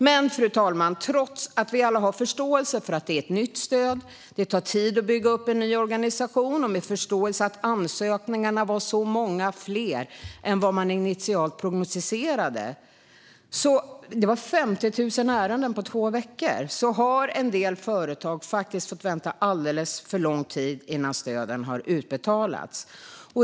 Men, fru talman, trots att vi alla har förståelse för att det är ett nytt stöd och att det tar tid att bygga upp en ny organisation, och med förståelse för att ansökningarna var så många fler än vad man initialt prognostiserade - det var 50 000 ärenden på två veckor - har en del företag fått vänta alldeles för lång tid innan stöden har utbetalats.